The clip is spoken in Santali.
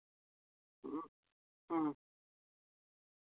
ᱦᱮᱸ